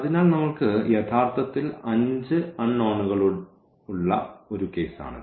അതിനാൽ നമ്മൾക്ക് യഥാർത്ഥത്തിൽ 5 അൺനോണുകളുടെ ഉള്ള ഒരു കേസാണിത്